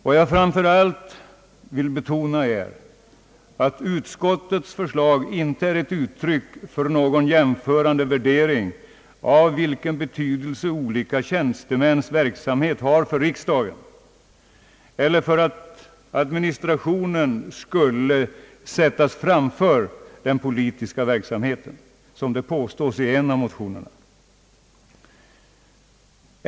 Vad jag framför allt vill betona är att utskottets förslag inte är ett uttryck för någon jämförande värdering av vilken betydelse olika tjänstemäns verksamhet har för riksdagen, eller för att administrationen skulle sättas framför den politiska verksamheten, som det påstås i en av motionerna.